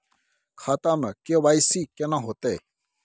खाता में के.वाई.सी केना होतै?